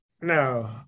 No